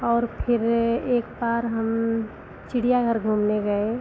और फिर एक बार हम चिड़ियाघर घूमने गए